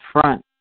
front